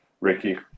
Ricky